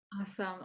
awesome